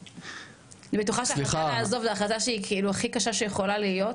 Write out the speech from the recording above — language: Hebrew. אני בטוחה שההחלטה לעזוב זה החלטה הכי קשה שיכולה להיות,